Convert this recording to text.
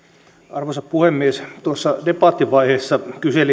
arvoisa puhemies tuossa debattivaiheessa kyselin